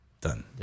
Done